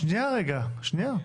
שנייה רגע, שנייה.